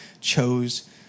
chose